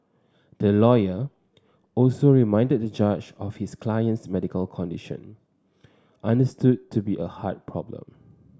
the lawyer also reminded the judge of his client's medical condition understood to be a heart problem